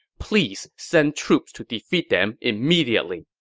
please send troops to defeat them immediately.